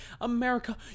America